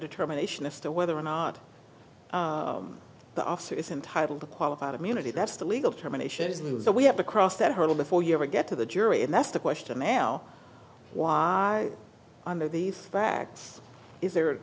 determination as to whether or not the officer is entitled to qualified immunity that's the legal terminations move that we have to cross that hurdle before you ever get to the jury and that's the question now why under these facts is there